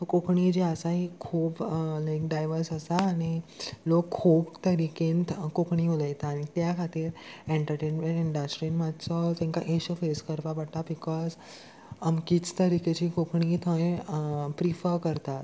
कोंकणी जी आसा ही खूब लायक डायवर्स आसा आनी लोक खूब तरेकेंत कोंकणी उलयता आनी त्या खातीर एण्टर्टेन्मेंट इंडस्ट्रीन मातसो तेंकां इशू फेस करपा पडटा बिकॉज अमकीच तरेकेची कोंकणी थंय प्रिफर करतात